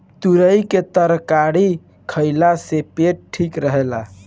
तुरई के तरकारी खाए से पेट ठीक रहेला